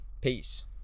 Peace